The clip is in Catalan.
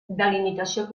delimitació